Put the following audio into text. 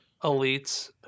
elites